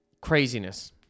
craziness